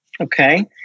Okay